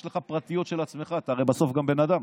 יש לך פרטיות של עצמך, אתה הרי בסוף גם בן אדם.